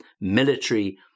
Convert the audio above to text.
military